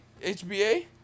HBA